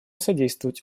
содействовать